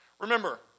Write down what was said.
Remember